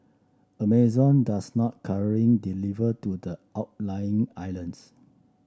Amazon does not currently deliver to the outlying islands